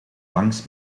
langs